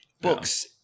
books